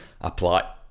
apply